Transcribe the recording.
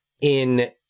in-